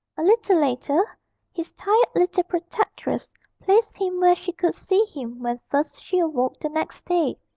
a little later his tired little protectress placed him where she could see him when first she awoke the next day,